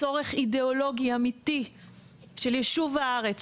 צורך אידיאולוגי אמיתי של יישוב הארץ,